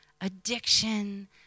Addiction